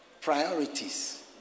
priorities